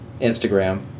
Instagram